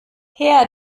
her